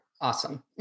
awesome